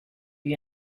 lui